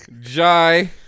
Jai